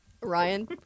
Ryan